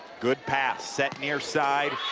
good pass. set near side.